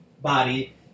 body